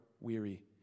weary